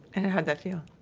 and how'd that feel?